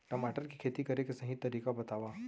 टमाटर की खेती करे के सही तरीका बतावा?